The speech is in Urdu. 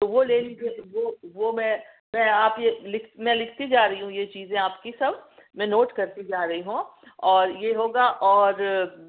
تو وہ لے لیجئے وہ وہ میں میں آپ یہ لکھ میں لکھتی جا رہی ہوں یہ چیزیں آپ کی سب میں نوٹ کرتی جا رہی ہوں اور یہ ہوگا اور